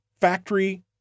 factory